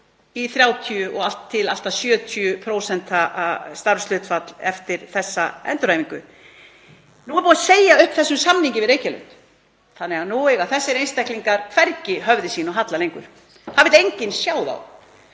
í 30% og allt að 70% starfshlutfall eftir þessa endurhæfingu. Nú er búið að segja upp þessum samningi við Reykjalund þannig að nú eiga þessir einstaklingar hvergi höfði sínu að halla lengur. Það vill enginn sjá þá.